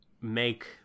make